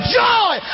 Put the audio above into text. joy